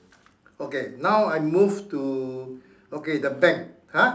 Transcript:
okay now I move to okay the bank !huh!